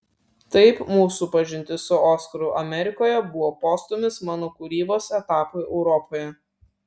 taip mūsų pažintis su oskaru amerikoje buvo postūmis mano kūrybos etapui europoje